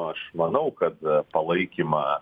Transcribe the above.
aš manau kad palaikymą